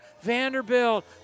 Vanderbilt